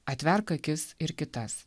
atverk akis ir kitas